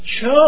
chose